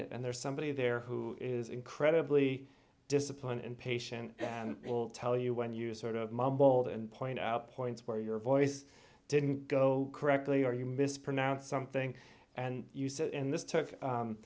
it and there's somebody there who is incredibly disciplined and patient and will tell you when you sort of mumbled and point out points where your voice didn't go correctly or you mispronounced something and you sit in this took